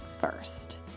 first